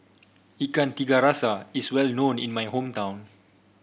Ikan Tiga Rasa is well known in my hometown